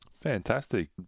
Fantastic